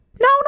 No